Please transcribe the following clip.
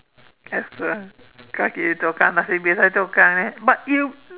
hokkien but you